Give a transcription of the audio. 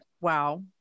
Wow